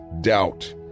doubt